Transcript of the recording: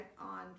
on